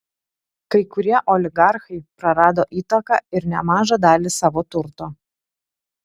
kai kurie oligarchai prarado įtaką ir nemažą dalį savo turto